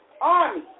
army